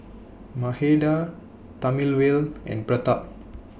Mahade Thamizhavel and Pratap